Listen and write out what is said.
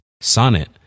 Sonnet